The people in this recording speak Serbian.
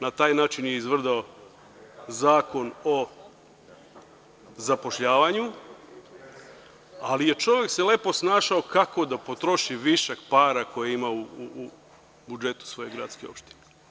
Na taj način je izvrdao Zakon o zapošljavanju, ali čovek se lepo snašao kako da potroši višak para koji je imao u budžetu svoje gradske opštine.